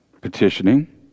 petitioning